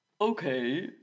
Okay